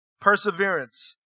Perseverance